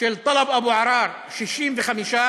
של טלב אבו עראר, 65,